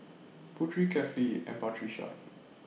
Putri Kefli and Batrisya